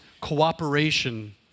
cooperation